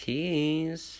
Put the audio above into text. Keys